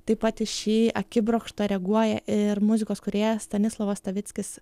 taip pat į šį akibrokštą reaguoja ir muzikos kūrėjas stanislavas stavickis